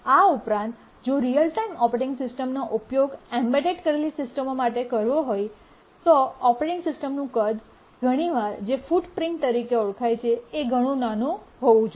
આ ઉપરાંત જો રીઅલ ટાઇમ ઓપરેટિંગ સિસ્ટમનો ઉપયોગ એમ્બેડ કરેલી સિસ્ટમો માટે કરવો હોય તો ઓપરેટિંગ સિસ્ટમોનું કદ ઘણીવાર જે ફુટપ્રિન્ટ તરીકે ઓળખાય છે એ ઘણું નાનું હોવું જોઈએ